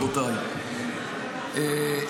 רבותיי,